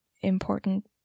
important